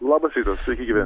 labas rytas sveiki gyvi